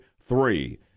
three